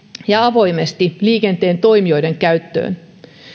ja avoimesti liikenteen toimijoiden käyttöön